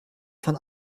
von